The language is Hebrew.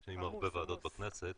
עם הרבה ועדות בכנסת.